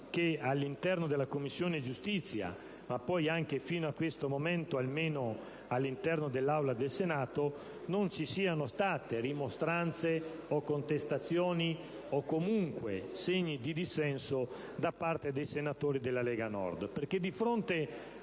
che all'interno della Commissione giustizia, ma poi anche, almeno fino a questo momento, all'interno dell'Aula del Senato, non ci siano state rimostranze o contestazioni, o comunque segni di dissenso da parte dei senatori della Lega Nord. Infatti,